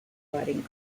providing